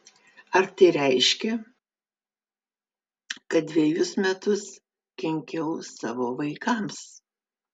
ar tai reiškia kad dvejus metus kenkiau savo vaikams